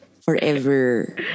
forever